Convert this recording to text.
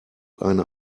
eine